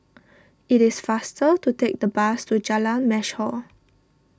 it is faster to take the bus to Jalan Mashhor